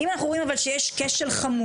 אבל אם אנחנו רואים שיש כשל חמור,